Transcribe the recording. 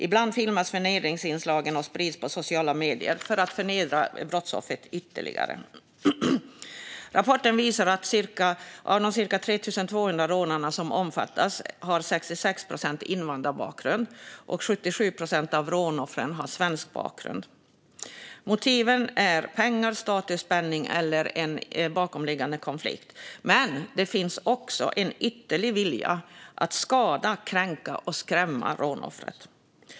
Ibland filmas förnedringsinslagen och sprids på sociala medier för att förnedra brottsoffret ytterligare. Rapporten visar att av de cirka 3 200 rånarna som omfattas har 66 procent invandrarbakgrund, och 77 procent av rånoffren har svensk bakgrund. Motiven är pengar, status, spänning eller en bakomliggande konflikt. Men det finns också en ytterligare vilja att skada, kränka och skrämma rånoffret.